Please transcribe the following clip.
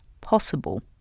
possible